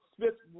Smith